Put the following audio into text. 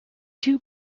two